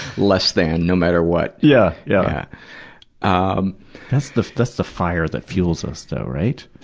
less than, no matter what. yeah yeah ah that's the that's the fire that fuels us, though, right?